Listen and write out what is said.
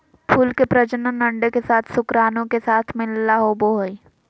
फूल के प्रजनन अंडे के साथ शुक्राणु के साथ मिलला होबो हइ